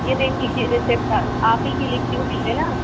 ये देख लीजिए रिसिप्ट आप आप ही कि लिखी हुई है ना